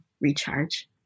recharge